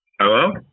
Hello